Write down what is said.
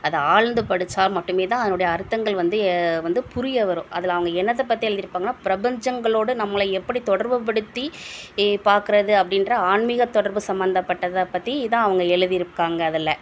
அதை ஆழ்ந்து படித்தா மட்டுமே தான் அதனுடைய அர்த்தங்கள் வந்து வந்து புரிய வரும் அதில் அவங்க என்னத்தை பற்றி எழுதிருப்பாங்கனா பிரபஞ்சங்களோடு நம்மளை எப்படி தொடர்புப்படுத்தி பாக்கிறது அப்படின்ற ஆன்மீக தொடர்பு சம்மந்தப்பட்டதை பற்றி தான் அவங்க எழுதிருக்காங்க அதில்